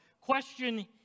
question